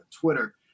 Twitter